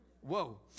Whoa